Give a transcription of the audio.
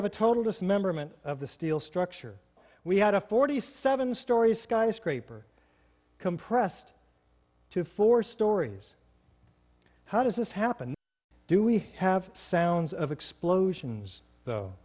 have a total dismemberment of the steel structure we had a forty seven story skyscraper compressed to four stories how does this happen do we have sounds of explosions